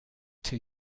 two